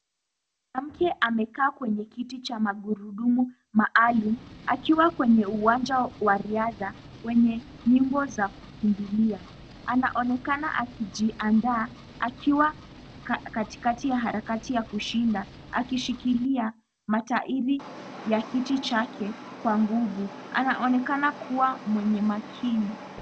Mwanamke amekaa kwenye kiti cha magurudumu maalum akiwa kwenye uwanja wa riadha wenye nyimbo za kukimbilia, anaonekana akijiandaa akiwa katikati ya harakati ya kushinda akishikilia matairi ya kiti chake kwa nguvu, anaonekana kuwa mwenye makini.